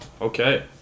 okay